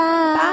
Bye